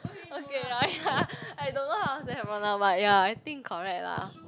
okay ya ya I don't know how to say Havana but ya I think correct lah